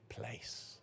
place